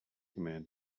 command